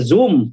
Zoom